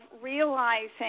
realizing